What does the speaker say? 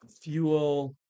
fuel